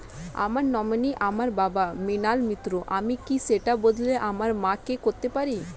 আমার নমিনি আমার বাবা, মৃণাল মিত্র, আমি কি সেটা বদলে আমার মা কে করতে পারি?